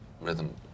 rhythm